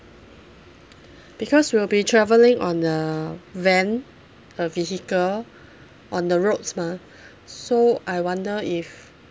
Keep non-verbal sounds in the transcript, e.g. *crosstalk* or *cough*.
because we'll be travelling on the van uh vehicle on the roads mah *breath* so I wonder if